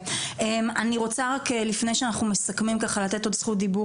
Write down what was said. אני רוצה רק לפני שאנחנו מסכמים לתת עוד זכות דיבור